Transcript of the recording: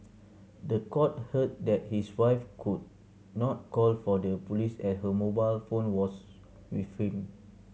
the court heard that his wife could not call for the police at her mobile phone was with him